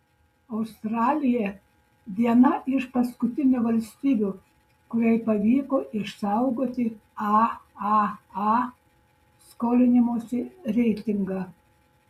australija viena iš paskutinių valstybių kuriai pavyko išsaugoti aaa skolinimosi reitingą